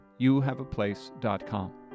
youhaveaplace.com